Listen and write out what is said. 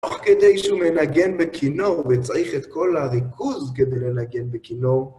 אך תוך כדי שהוא מנגן בכינור, וצריך את כל הריכוז כדי לנגן בכינור,